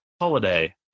holiday